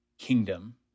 kingdom